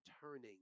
turning